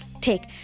take